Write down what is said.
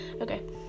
Okay